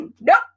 Nope